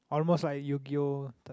almost like Yu-Gi-Oh